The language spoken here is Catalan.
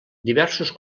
diversos